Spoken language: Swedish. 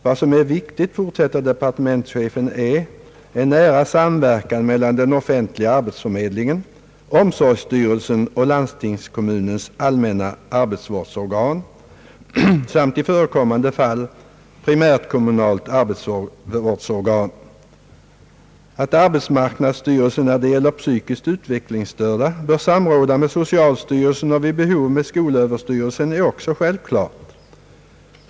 Vad som är viktigt, fortsätter departementschefen, är en nära samverkan mellan den offentliga arbetsförmedlingen, omsorgsstyrelsen och landstingskommunens allmänna arbetsvårdsorgan samt, i förekommande fall, primärkommunalt arbetsvårdsorgan, Att arbetsmarknadsstyrelsen när det gäller psykiskt utvecklingsstörda bör samråda med socialstyrelsen och vid behov med skolöverstyrelsen är också självklart.